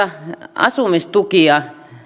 asumistukia